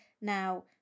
now